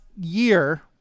year